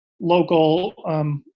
local